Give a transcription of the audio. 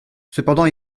cependant